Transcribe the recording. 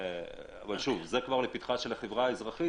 זה לפתחה של החברה האזרחית,